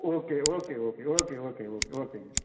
okay okay okay okay okay okay ஓகேங்க